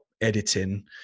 editing